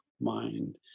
mind